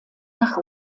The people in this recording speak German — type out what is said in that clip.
nach